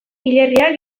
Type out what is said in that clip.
hilerriak